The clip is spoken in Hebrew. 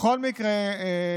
בכל מקרה,